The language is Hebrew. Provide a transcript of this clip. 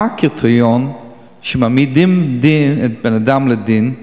מה הקריטריון שלפיו מעמידים בן-אדם לדין?